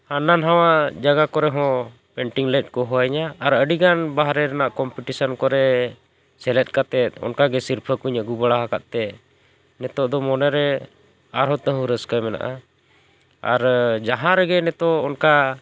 ᱦᱟᱱᱟ ᱱᱟᱣᱟ ᱡᱟᱭᱜᱟ ᱠᱚᱨᱮ ᱦᱚᱸ ᱯᱮᱱᱴᱤᱝ ᱞᱟᱹᱜᱤᱫ ᱠᱚ ᱦᱚᱦᱚ ᱟᱹᱧᱟᱹ ᱟᱨ ᱟᱹᱰᱤ ᱜᱟᱱ ᱵᱟᱦᱨᱮ ᱨᱮᱱᱟᱜ ᱠᱚᱢᱯᱤᱴᱤᱥᱮᱱ ᱠᱚᱨᱮ ᱥᱮᱞᱮᱫ ᱠᱟᱛᱮ ᱚᱱᱠᱟ ᱜᱮ ᱥᱤᱨᱯᱷᱟᱹ ᱠᱚᱧ ᱟᱹᱜᱩ ᱵᱟᱲᱟ ᱟᱠᱟᱫ ᱛᱮ ᱱᱤᱛᱚᱜ ᱫᱚ ᱢᱚᱱᱮ ᱨᱮ ᱟᱨᱦᱚᱸ ᱛᱮᱦᱚᱸ ᱨᱟᱹᱥᱠᱟᱹ ᱢᱮᱱᱟᱜᱼᱟ ᱟᱨ ᱡᱟᱦᱟᱸ ᱨᱮᱜᱮ ᱱᱤᱛᱚᱜ ᱚᱱᱠᱟ